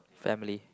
family